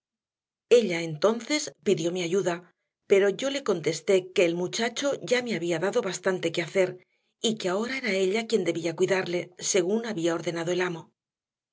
ella entonces pidió mi ayuda pero yo le contesté que el muchacho ya me había dado bastante que hacer y que ahora era ella quien debía cuidarle según había ordenado el amo